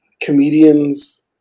comedians